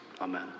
Amen